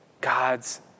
God's